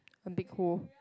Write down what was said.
a big hole